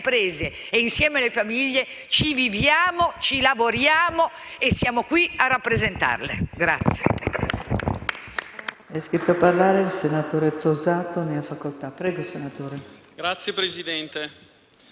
imprese e alle famiglie ci viviamo, ci lavoriamo e siamo qui a rappresentare.